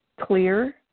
clear